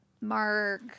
mark